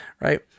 right